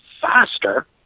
faster